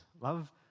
Love